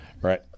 right